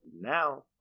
Now